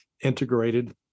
integrated